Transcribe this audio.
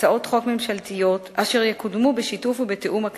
הצעות חוק ממשלתיות אשר יקודמו בשיתוף ובתיאום עם הכנסת,